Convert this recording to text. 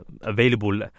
available